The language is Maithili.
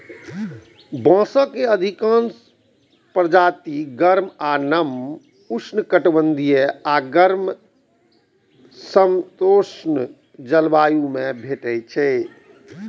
बांसक अधिकांश प्रजाति गर्म आ नम उष्णकटिबंधीय आ गर्म समशीतोष्ण जलवायु मे भेटै छै